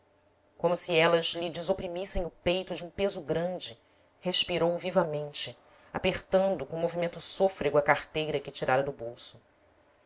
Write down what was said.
como se elas lhe desoprimissem o peito de um peso grande respirou vivamente apertando com movimento sôfrego a carteira que tirara do bolso